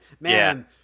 Man